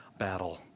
battle